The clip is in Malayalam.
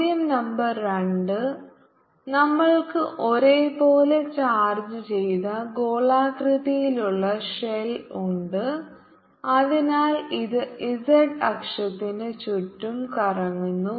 ചോദ്യം നമ്പർ രണ്ട് നമ്മൾക്ക് ഒരേപോലെ ചാർജ്ജ് ചെയ്ത ഗോളാകൃതിയിലുള്ള ഷെൽ ഉണ്ട് അതിനാൽ ഇത് z അക്ഷത്തിന് ചുറ്റും കറങ്ങുന്നു